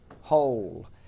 whole